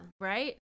Right